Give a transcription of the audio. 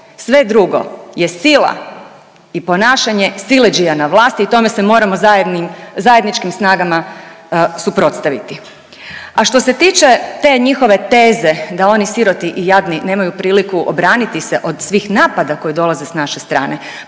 sve drugo je sila i ponašanje siledžija na vlasti i tome se moramo zajednim, zajedničkim snagama suprotstaviti. A što se tiče te njihove teze da oni siroti i jadni nemaju priliku obraniti se od svih napada koji dolaze s naše strane.